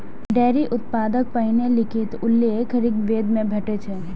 dairy उत्पादक पहिल लिखित उल्लेख ऋग्वेद मे भेटै छै